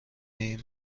این